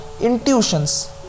intuitions